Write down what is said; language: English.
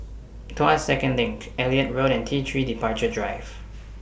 Tuas Second LINK Elliot Road and T three Departure Drive